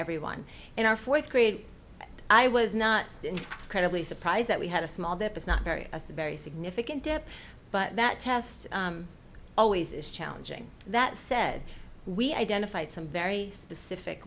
everyone in our fourth grade i was not credibly surprised that we had a small that was not very very significant depth but that test always is challenging that said we identified some very specific